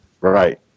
right